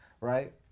right